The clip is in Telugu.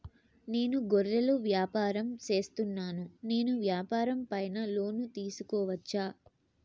నేను గొర్రెలు వ్యాపారం సేస్తున్నాను, నేను వ్యాపారం పైన లోను తీసుకోవచ్చా?